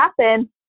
happen